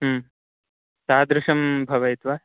तादृशं भवेत् वा